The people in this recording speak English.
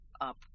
up